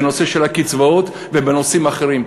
בנושא של הקצבאות ובנושאים אחרים.